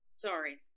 sorry